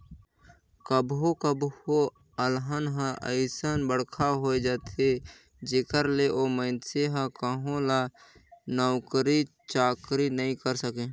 कभो कभो अलहन हर अइसन बड़खा होए जाथे जेखर ले ओ मइनसे हर कहो ल नउकरी चाकरी नइ करे सके